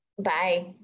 Bye